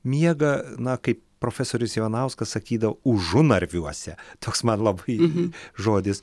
miega na kaip profesorius ivanauskas sakydavo užunarviuose toks man labai žodis